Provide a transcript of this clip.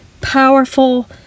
powerful